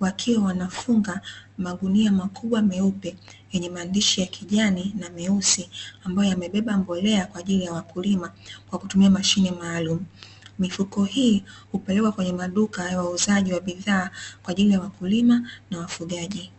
wakiwa wanafunga magunia makubwa meupe yenye maandishi ya kijani na myeusi ambayo yamebeba mbolea kwa ajili ya wakulima, kwa kutumia mashine maalumu. Mifuko hii hupelekwa kwenye maduka ya wauzaji wa bidhaa kwa ajili ya wakulima na wafugaji.